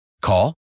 Call